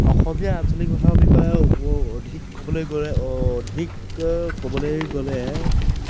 অসমীয়া আঞ্চলিক উপভাষা বিষয়ে অধিক ক'বলৈ গ'লে অধিক ক'বলৈ গ'লে